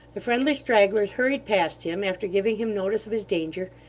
the friendly stragglers hurried past him, after giving him notice of his danger,